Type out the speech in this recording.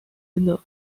inne